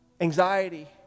anxiety